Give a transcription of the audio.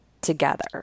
together